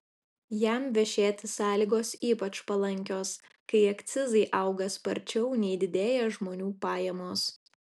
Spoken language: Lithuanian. jam vešėti sąlygos ypač palankios kai akcizai auga sparčiau nei didėja žmonių pajamos